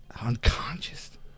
Unconscious